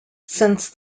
since